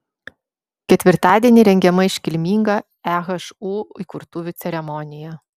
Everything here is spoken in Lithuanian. ketvirtadienį rengiama iškilminga ehu įkurtuvių ceremonija